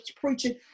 preaching